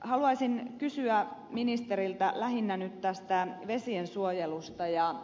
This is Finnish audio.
haluaisin kysyä ministeriltä lähinnä nyt tästä vesien suojelusta